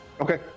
Okay